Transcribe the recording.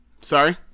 Sorry